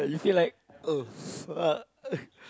you feel like oh fuck